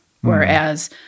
whereas